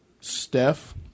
Steph